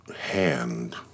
hand